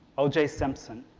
o. j. simpson,